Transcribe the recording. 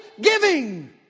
giving